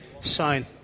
sign